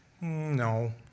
No